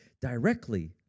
directly